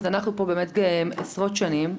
אז אנחנו פה באמת עשרות שנים,